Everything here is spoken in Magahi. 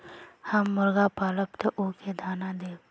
हम मुर्गा पालव तो उ के दाना देव?